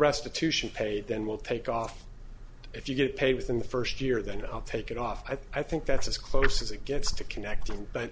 restitution paid then we'll take off if you get paid within the first year then i'll take it off i think that's as close as it gets to connect but